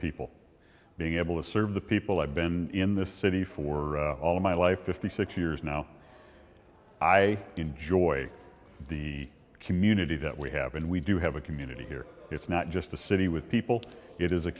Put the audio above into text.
people being able to serve the people i've been in this city for all my life fifty six years now i enjoy the community that we have and we do have a community here it's not just a city with people it is a